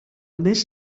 més